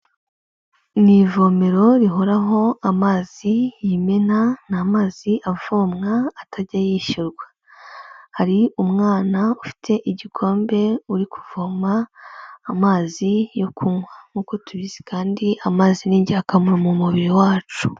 Ni ivomero rihoraho amazi y'imena, ni amazi avomwa atajya yishyurwa. Hari umwana ufite igikombe uri kuvoma amazi yo kunywa, nkuko tubizi kandi amazi ni ingirakamaro mu mubiri wacu.